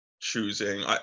choosing